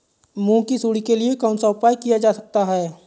मूंग की सुंडी के लिए कौन सा उपाय किया जा सकता है?